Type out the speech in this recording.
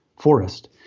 forest